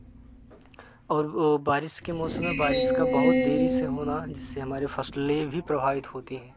और वह बारिश के मौसम में बारिश का बहुत देरी से होना जिससे हमारे फ़सलें भी प्रभावित होती हैं